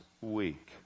week